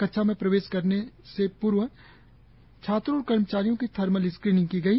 कक्षा में प्रवेश करने से पूर्व छात्रों और कर्मचारियों की थर्मल स्क्रीनिंग की गई